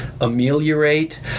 ameliorate